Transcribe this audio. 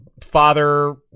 father